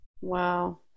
Wow